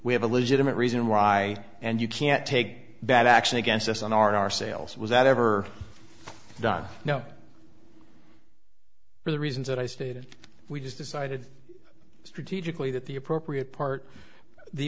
we have a legitimate reason why and you can't take bad action against us on our sales was that ever done no for the reasons that i stated we just decided strategically that the appropriate part the